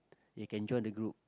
you can join the group